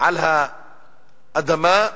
על האדמה,